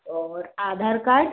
और आधार कार्ड